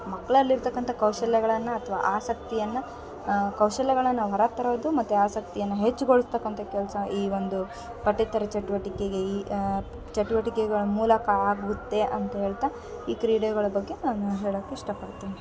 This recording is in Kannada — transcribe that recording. ಮಕ್ಳಲ್ಲಿ ಇರ್ತಕ್ಕಂಥ ಕೌಶಲ್ಯಗಳನ್ನು ಅಥ್ವಾ ಆಸಕ್ತಿಯನ್ನು ಕೌಶಲ್ಯಗಳನ್ನು ಹೊರ ತರೋದು ಮತ್ತು ಆಸಕ್ತಿಯನ್ನು ಹೆಚ್ಚುಗೊಳ್ಸತಕ್ಕಂಥ ಕೆಲಸ ಈ ಒಂದು ಪಠ್ಯೇತರ ಚಟ್ವಟಿಕೆಗೆ ಈ ಚಟ್ವಟಿಕೆಗಳ ಮೂಲಕ ಆಗುತ್ತೆ ಅಂತ್ಹೇಳ್ತಾ ಈ ಕ್ರೀಡೆಗಳ ಬಗ್ಗೆ ನಾನು ಹೇಳೋಕ್ಕೆ ಇಷ್ಟ ಪಡ್ತೀನಿ